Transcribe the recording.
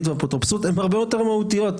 והאפוטרופסות הן הרבה יותר מהותיות,